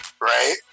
Right